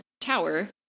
tower